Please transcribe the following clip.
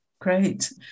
Great